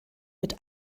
mit